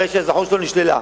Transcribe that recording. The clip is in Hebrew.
הרי שהאזרחות שלו נשללה.